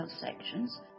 sections